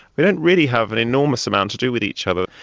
they don't really have an enormous amount to do with each other,